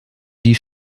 die